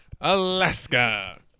Alaska